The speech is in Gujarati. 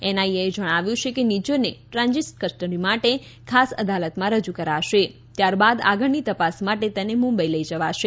એનઆઈએએ જણાવ્યું કે નિજ્જરને ટ્રાંઝિટ કસ્ટડી માટે ખાસ અદાલતમાં રજૂ કરાશે ત્યાર બાદ આગળની તપાસ માટે તેને મુંબઈ લઈ જવાશે